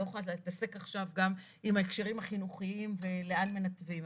אני לא יכולה להתעסק עכשיו גם עם ההקשרים החינוכיים ולאן מנתבים.